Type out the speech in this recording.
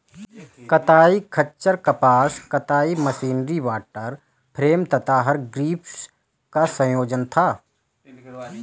कताई खच्चर कपास कताई मशीनरी वॉटर फ्रेम तथा हरग्रीव्स का संयोजन था